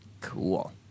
Cool